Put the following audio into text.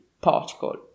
particle